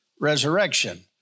resurrection